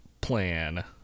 plan